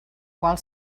qual